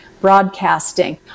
broadcasting